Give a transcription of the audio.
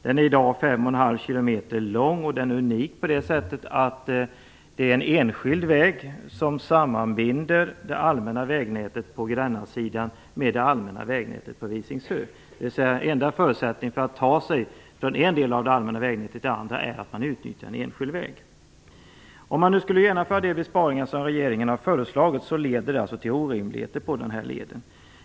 Den är i dag 5,5 km lång, och den är unik på det sättet att det är en enskild väg som sammanbinder det allmänna vägnätet på Grännasidan med det allmänna vägnätet på Visingsö. Det enda sättet att ta sig från en del av det allmänna vägnätet till det andra är alltså att utnyttja en enskild väg. Om man nu skulle genomföra de besparingar som regeringen har föreslagit innebär det alltså orimligheter för den här leden.